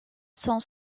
sont